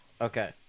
Okay